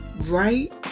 right